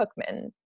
Cookman